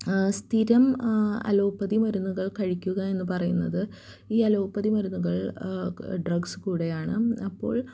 സ്ഥിരം അലോപ്പതി മരുന്നുകൾ കഴിക്കുക എന്ന് പറയുന്നത് ഈ അലോപ്പതി മരുന്നുകൾ ഡ്രഗ്സ് കൂടെയാണ് അപ്പോൾ